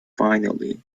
finally